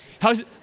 How's